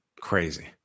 crazy